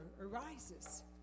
arises